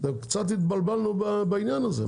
קצת התבלבלנו בעניין הזה,